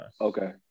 okay